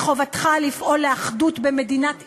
מחובתך לפעול לאחדות במדינת ישראל,